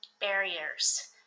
barriers